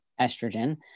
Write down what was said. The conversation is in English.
estrogen